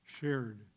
shared